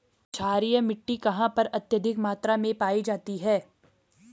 क्षारीय मिट्टी कहां पर अत्यधिक मात्रा में पाई जाती है?